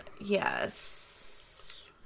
Yes